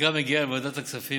החקיקה מגיעה לוועדת הכספים,